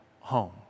home